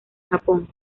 japón